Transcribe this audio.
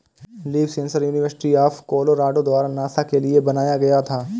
leaf sensor university of Colorado द्वारा NASA के लिए बनाया गया था